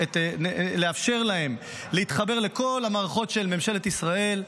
לאפשר להם להתחבר לכל המערכות של ממשלת ישראל,